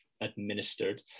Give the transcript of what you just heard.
administered